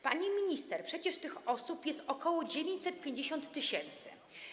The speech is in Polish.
Pani minister, przecież tych osób jest ok. 950 tys.